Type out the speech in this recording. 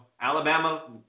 Alabama